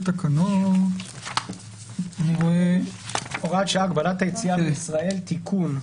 (הוראת שעה)(הגבלת היציאה מישראל)(תיקון),